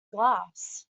glass